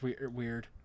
weird